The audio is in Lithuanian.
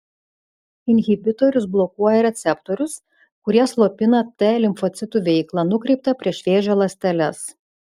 inhibitorius blokuoja receptorius kurie slopina t limfocitų veiklą nukreiptą prieš vėžio ląsteles